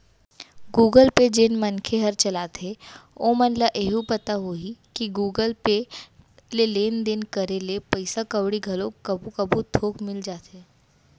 Google Pay जेन मनखे हर चलाथे ओमन ल एहू पता होही कि गुगल पे ले लेन देन करे ले पइसा कउड़ी घलो कभू कभू थोक मिल जाथे